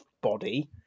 body